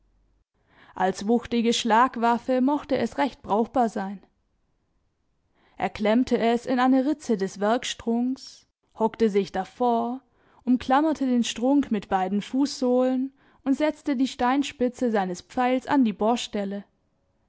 als wuchtige schlagwaffe mochte es recht brauchbar sein er klemmte es in eine ritze des werkstrunks hockte sich davor umklammerte den strunk mit beiden fußsohlen und setzte die steinspitze seines pfeils an die